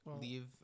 leave